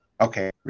okay